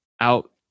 out